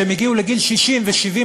כשהם הגיעו לגיל 60 ו-70,